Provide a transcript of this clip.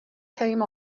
came